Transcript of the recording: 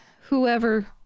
whoever